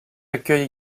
accueille